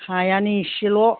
हायानो इसेल'